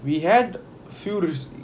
we had few rese~